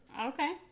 Okay